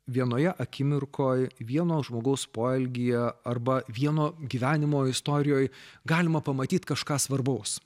vienoje akimirkoj vieno žmogaus poelgyje arba vieno gyvenimo istorijoj galima pamatyti kažką svarbaus